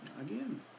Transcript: again